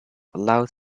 allowed